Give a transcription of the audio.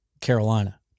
Carolina